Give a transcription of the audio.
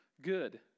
good